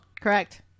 Correct